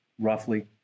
roughly